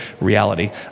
reality